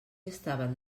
estaven